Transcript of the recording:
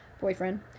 boyfriend